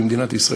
במדינת ישראל.